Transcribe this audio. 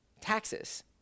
taxes